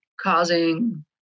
causing